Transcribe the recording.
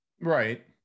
Right